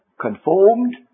conformed